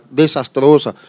desastrosa